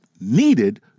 needed